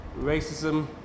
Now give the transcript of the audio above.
racism